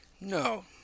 No